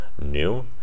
new